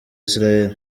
israel